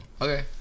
Okay